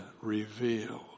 revealed